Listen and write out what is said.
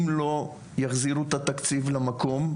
אם לא יחזירו את התקציב למקום,